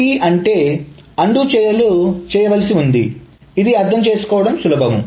AbortT అంటే అన్డు చర్యలు చేయవలసి ఉంది ఇది అర్థం చేసుకోవడం సులభం